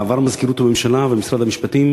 שעברה במזכירות הממשלה ובמשרד המשפטים,